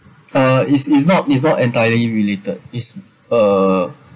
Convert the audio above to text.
uh is is not is not entirely related is uh